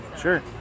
Sure